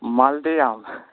مالدہ آم